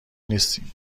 نیستیم